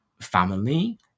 family